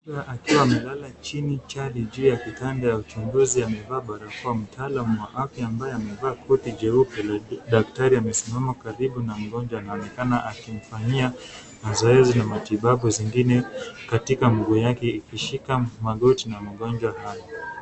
Akiwa amelala chini kichali juu ya kitanda cha uchunguzi amevaa barakoa. Mtaalamu wa afya ambaye amevaa koti jeupe la kidaktari amesimama karibu na mgonjwa. Anaonekana akimfanyia mazoezi na matibabu zingine katika mguu yake ikishika magoti na magonjwa hayo.